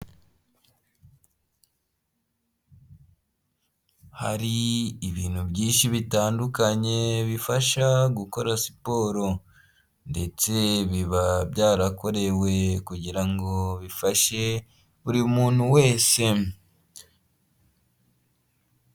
Har’ibintu byinshi bitandukanye bifasha gukora siporo, ndetse biba byarakorewe, kugira ngo bifashe buri muntu wese.